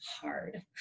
hard